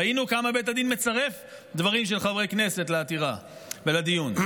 ראינו כמה בית הדין מצרף דברים של חברי כנסת לעתירה ולדיון.